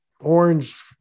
orange